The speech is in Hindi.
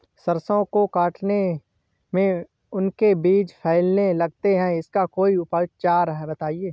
सरसो को काटने में उनके बीज फैलने लगते हैं इसका कोई उपचार बताएं?